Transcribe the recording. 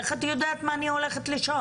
איך את יודעת מה אני הולכת לשאול?